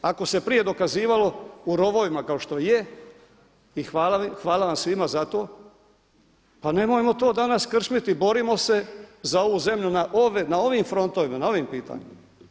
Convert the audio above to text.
Ako se prije dokazivalo u rovovima kao što je i hvala vam svima za to, pa nemojmo to danas krčmiti, borimo se za ovu zemlju na ovim frontovima, na ovim pitanjima.